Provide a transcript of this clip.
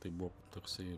tai buvo toksai